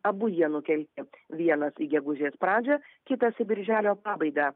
abu jie nukelti vienas į gegužės pradžią kitas į birželio pabaigą